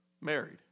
married